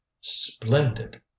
splendid